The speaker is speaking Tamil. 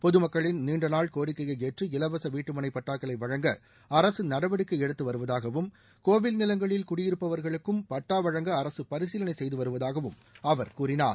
பொதுமக்களின் நீண்ட நாள் கோிக்கையை ஏற்று இலவச வீட்டுமனை பட்டாக்களை வழங்க அரசு நடவடிக்கை எடுத்து வருவதாகவும் கோவில் நிலங்களில் குடியிருப்பவர்களுக்கும் பட்டா வழங்க அரசு பரிசீலனை செய்து வருவதாகவும் அவர் கூறினார்